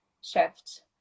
shift